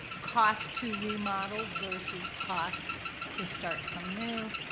cost to remodel versus cost to start from new,